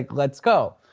like let's go.